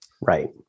right